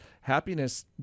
happiness